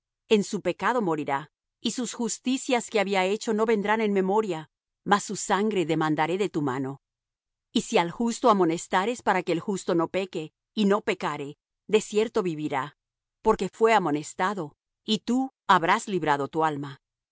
en su pecado morirá y sus justicias que había hecho no vendrán en memoria mas su sangre demandaré de tu mano y si al justo amonestares para que el justo no peque y no pecare de cierto vivirá porque fué amonestado y tú habrás librado tu alma